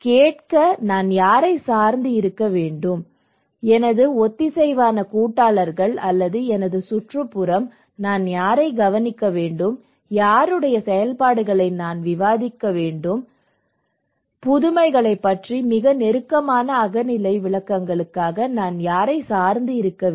கேட்க நான் யாரை சார்ந்து இருக்க வேண்டும் எனது ஒத்திசைவான கூட்டாளர்கள் அல்லது எனது சுற்றுப்புறம் நான் யாரைக் கவனிக்க வேண்டும் யாருடைய செயல்பாடுகளை நான் விவாதிக்க வேண்டும் புதுமைகளைப் பற்றிய மிக நெருக்கமான அகநிலை விளக்கங்களுக்காக நான் யாரைச் சார்ந்து இருக்க வேண்டும்